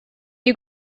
you